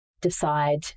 decide